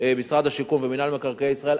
משרד השיכון ומינהל מקרקעי ישראל,